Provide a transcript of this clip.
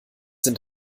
sind